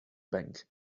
bank